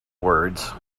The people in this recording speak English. words